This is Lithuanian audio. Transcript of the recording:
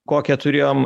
kokią turėjom